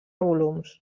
volums